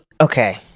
okay